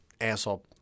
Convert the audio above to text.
asshole